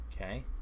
okay